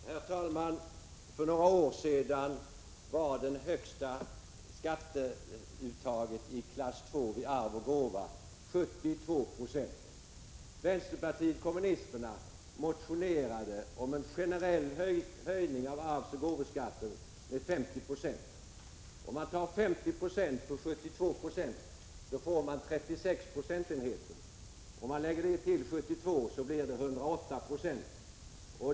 Herr talman! För några år sedan var det högsta skatteuttaget i klass II vid arv och gåva 72 Jo. Vänsterpartiet kommunisterna motionerade om en generell höjning av arvsoch gåvoskatten med 50 76. Om man tar 50 96 av 72 Jo får man 36 20. Lägger man det till 72 96 blir det 108 20.